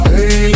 Hey